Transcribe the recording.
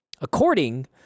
according